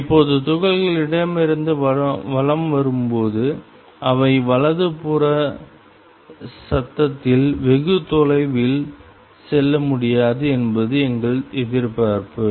இப்போது துகள்கள் இடமிருந்து வரும்போது அவை வலது புற சத்தத்தில் வெகு தொலைவில் செல்ல முடியாது என்பது எங்கள் எதிர்பார்ப்பு